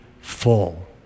full